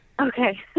Okay